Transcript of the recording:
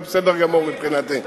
זה בסדר גמור מבחינתי.